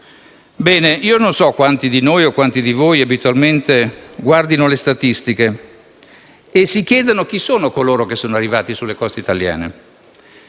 soli*. Non so quanti di noi o di voi abitualmente guardino le statistiche e si chiedano chi sono coloro che sono arrivati sulle coste italiane.